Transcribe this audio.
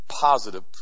positive